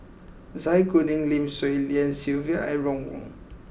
Zai Kuning Lim Swee Lian Sylvia and Ron Wong